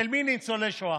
מי ניצולי שואה.